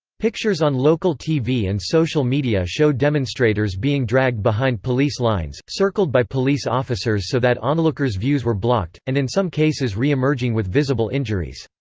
pictures on local tv and social media show demonstrators being dragged behind police lines, circled by police officers so that onlookers' views were blocked, and in some cases re-emerging with visible injuries.